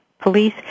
police